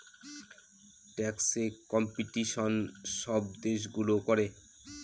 ট্যাক্সে কম্পিটিশন সব দেশগুলো করে